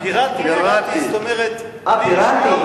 פיראטי, זאת אומרת בלי רשיון.